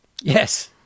Yes